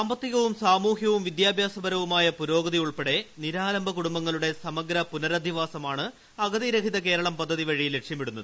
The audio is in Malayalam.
സാമ്പത്തികവും സാമൂഹികവും വിദ്യാഭ്യാസപരവുമായ പുരോഗതി ഉൾപ്പെടെ നിരാലംബ കുടുംബങ്ങളുടെ സമഗ്ര പുനരധിവാസമാണ് അഗതിരഹിതകേരളം പദ്ധതി വഴി ലക്ഷ്യമിടുന്നത്